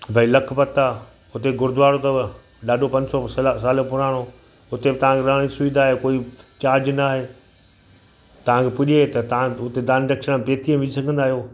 भई लखपत आहे उते गुरुद्वारो अथव ॾाढो पंज सौ साल पुराणो हुते बि तव्हांखे रहण जी सुविधा आहे कोई चार्ज नाहे तव्हांखे पुॼे त तव्हां हुते दान दक्षिणा पेतीअ में विझी सघंदा आहियो